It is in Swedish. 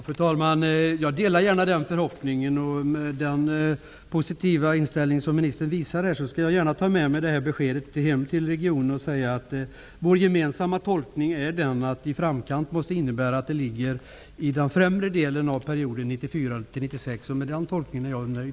Fru talman! Jag delar gärna den förhoppningen. Ministern visar en positiv inställning. Jag skall gärna ta med mig detta besked hem till regionen och säga att vår gemensamma tolkning är den, att ''i framkant'' måste innebära att projektet påbörjas i den främre delen av perioden 1994--1996. Med den tolkningen är jag nöjd.